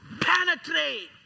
penetrate